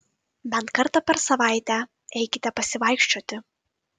bent kartą per savaitę eikite pasivaikščioti